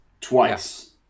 Twice